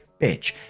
bitch